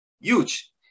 Huge